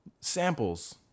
samples